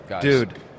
Dude